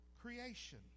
creation